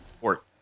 port